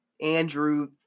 Andrew